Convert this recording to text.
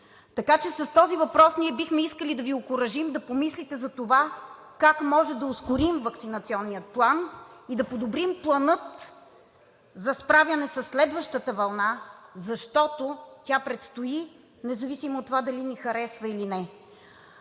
Така че с този въпрос бихме искали да Ви окуражим да помислите за това как може да ускорим Ваксинационния план и да подобрим плана за справяне със следващата вълна, защото тя предстои независимо от това дали ни харесва или не.